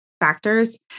factors